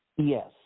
Yes